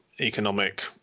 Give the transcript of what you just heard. economic